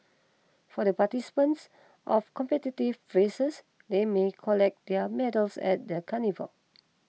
for the participants of competitive races they may collect their medals at the carnival